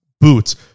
boots